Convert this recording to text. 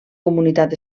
comunitat